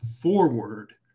forward